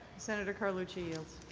senator carlucci yields.